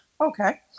Okay